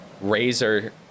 razor